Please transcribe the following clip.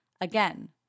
Again